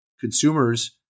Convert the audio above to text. consumers –